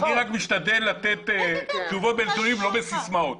אני משתדל לתת תשובות ולא בסיסמאות.